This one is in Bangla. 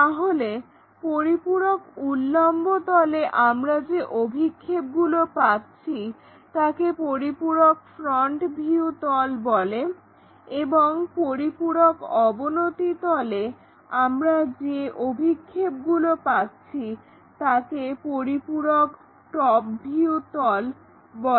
তাহলে পরিপূরক উল্লম্ব তলে তল আমরা যে অভিক্ষেপগুলো পাচ্ছি তাকে পরিপূরক ফ্রন্ট ভিউ তল বলে এবং পরিপূরক অবনত তলে আমরা যে অভিক্ষেপগুলো পাচ্ছি তাকে পরিপূরক টপ ভিউ তল বলে